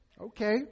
Okay